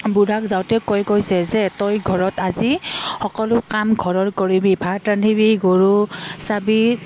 বুঢ়াক যাওঁতে কৈ গৈছে যে তই ঘৰত আজি সকলো কাম ঘৰৰ কৰিবি ভাত ৰান্ধিবি গৰু চাবি